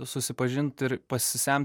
susipažint ir pasisemt